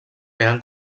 eren